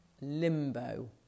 limbo